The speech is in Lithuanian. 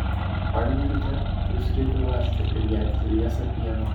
valgykite pusriebę varškę ir gerkite liesą pieną